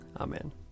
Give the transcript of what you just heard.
Amen